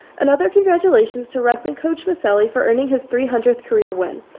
another congratulations to wrestling coach miceli for earning his three hundredth career win.